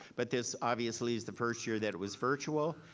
but this obviously is the first year that it was virtual.